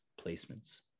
Placements